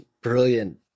brilliant